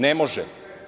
Ne može.